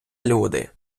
люди